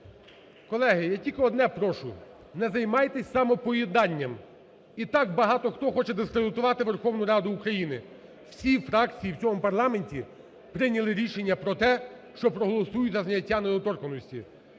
Колеги, я тільки одне прошу. Не займайтесь самопоїданням. І так багато хто хоче дискредитувати Верховну Раду України. Всі фракції в цьому парламенті прийняли рішення про те, що проголосують за зняття недоторканності.